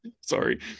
Sorry